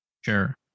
Sure